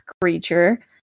creature